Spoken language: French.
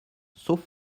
sauf